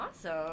awesome